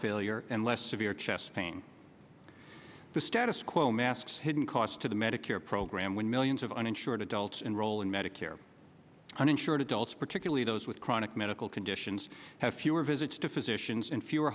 failure and less severe chest pain the status quo masks hidden costs to the medicare program when millions of uninsured adults enroll in medicare uninsured adults particularly those with chronic medical conditions have fewer visits to physicians and fewer